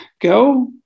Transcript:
go